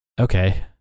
Okay